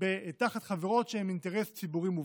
תחת חברות שהן אינטרס ציבורי מובהק.